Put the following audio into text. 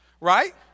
right